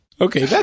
Okay